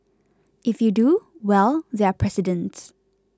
if you do well there are precedents